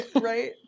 right